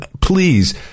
Please